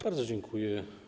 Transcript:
Bardzo dziękuję.